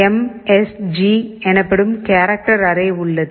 MSG எனப்படும் character array உள்ளது